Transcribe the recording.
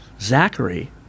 Zachary